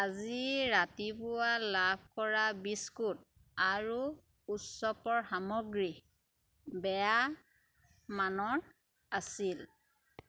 আজি ৰাতিপুৱা লাভ কৰা বিস্কুট আৰু উৎচৱৰ সামগ্ৰী বেয়া মানৰ আছিল